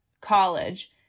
college